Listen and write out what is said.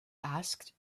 asked